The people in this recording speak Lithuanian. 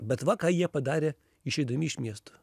bet va ką jie padarė išeidami iš miesto